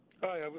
hi